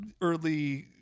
early